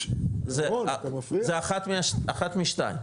זה אחת משתיים,